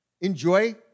enjoy